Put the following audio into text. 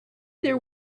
there